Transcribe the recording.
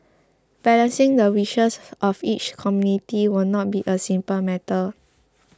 balancing the wishes of each community will not be a simple matter